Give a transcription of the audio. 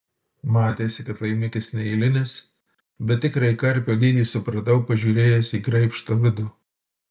matėsi kad laimikis neeilinis bet tikrąjį karpio dydį supratau pažiūrėjęs į graibšto vidų